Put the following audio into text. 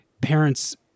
parents